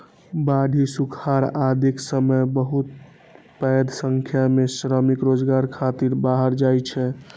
बाढ़ि, सुखाड़ आदिक समय बहुत पैघ संख्या मे श्रमिक रोजगार खातिर बाहर जाइ छै